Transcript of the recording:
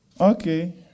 Okay